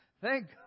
thank